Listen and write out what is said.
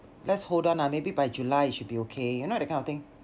let's hold on ah maybe by july it should be okay you know that kind of thing